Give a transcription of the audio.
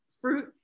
fruit